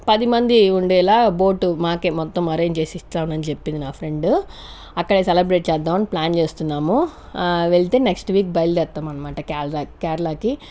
పదిమంది ఉండేలా బోట్ మాకే మొత్తం అరేంజ్ చేసి ఇస్తానని చెప్పింది నా ఫ్రెండ్ అక్కడే సెలబ్రేట్ చేద్దాం ప్లాన్ చేస్తున్నాము వెళ్తే నెక్స్ట్ వీక్ బయలుతాము అన్నమాట కేరళ కేరళకి